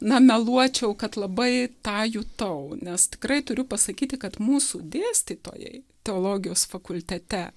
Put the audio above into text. na meluočiau kad labai tą jutau nes tikrai turiu pasakyti kad mūsų dėstytojai teologijos fakultete